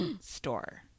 store